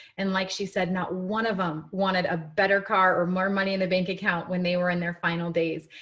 and like she said, not one of them wanted a better car or more money in the bank account when they were in their final days.